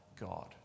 God